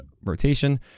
rotation